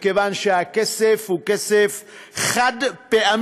מכיוון שהכסף הוא כסף חד-פעמי,